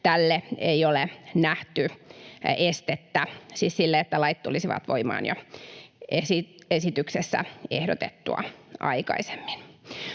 se, että sille, että lait tulisivat voimaan jo esityksessä ehdotettua aikaisemmin,